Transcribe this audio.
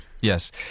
yes